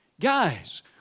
Guys